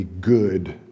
good